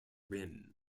rim